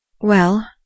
Well